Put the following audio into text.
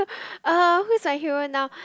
uh who's my hero now